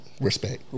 respect